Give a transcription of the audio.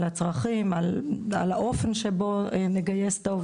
על הצרכים ועל האופן שבו נגייס את העובדים.